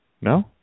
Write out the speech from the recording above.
No